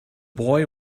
boy